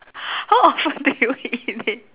how often do you eat it